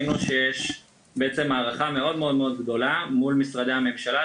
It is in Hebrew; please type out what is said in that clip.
הבחנו שיש דעיכה מאוד גדולה מול משרדי הממשלה,